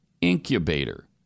incubator